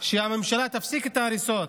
שהממשלה תפסיק את ההריסות.